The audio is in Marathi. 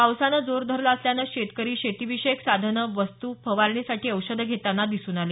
पावासानं जोर धरला असल्यानं शेतकरी शेती विषयक साधनं वस्तू फवारणीसाठी औषधं घेताना दिसून आले